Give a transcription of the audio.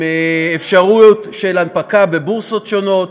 עם אפשרויות של הנפקה בבורסות שונות,